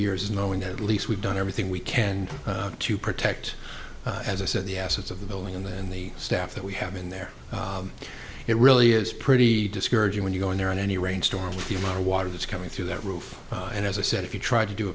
years knowing that at least we've done everything we can to protect as i said the assets of the building and then the staff that we have in there it really is pretty discouraging when you go in there in any rainstorm with the amount of water that's coming through that roof and as i said if you try to do